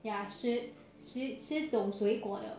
ya 十只十种水果的